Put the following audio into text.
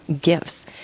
gifts